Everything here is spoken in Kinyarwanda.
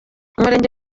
umurenge